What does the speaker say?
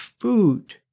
food